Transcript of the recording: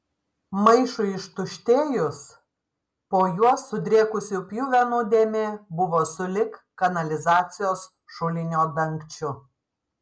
maišui ištuštėjus po juo sudrėkusių pjuvenų dėmė buvo sulig kanalizacijos šulinio dangčiu